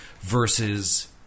versus